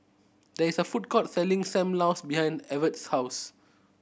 there is a food court selling Sam Lau behind Evert's house